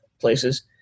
places